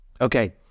Okay